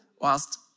whilst